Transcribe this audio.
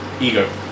Ego